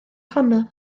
honno